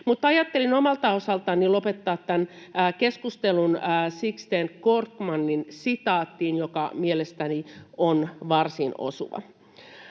ajattelin omalta osaltani lopettaa tämän keskustelun Sixten Korkmanin sitaattiin, joka mielestäni on varsin osuva: